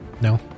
No